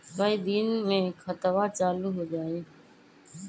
कई दिन मे खतबा चालु हो जाई?